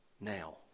now